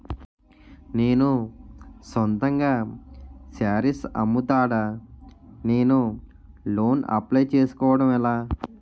నేను సొంతంగా శారీస్ అమ్ముతాడ, నేను లోన్ అప్లయ్ చేసుకోవడం ఎలా?